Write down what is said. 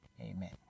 amen